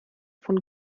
von